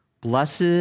Blessed